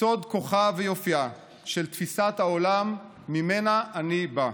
סוד כוחה ויופייה של תפיסת העולם שממנה אני בא,